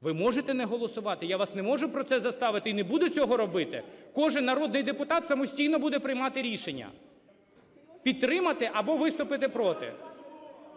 Ви можете не голосувати, я вас не можу про це заставити і не буду цього робити. Кожен народний депутат самостійно буде приймати рішення – підтримати або виступити проти.